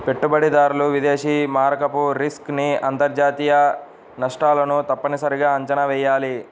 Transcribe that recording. పెట్టుబడిదారులు విదేశీ మారకపు రిస్క్ ని అంతర్జాతీయ నష్టాలను తప్పనిసరిగా అంచనా వెయ్యాలి